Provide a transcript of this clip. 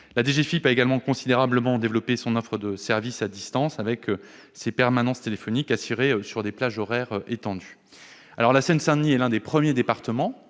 La DGFiP a en outre considérablement développé son offre de services à distance avec des permanences téléphoniques assurées selon des plages horaires étendues. La Seine-Saint-Denis est l'un des premiers départements